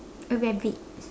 a rabbit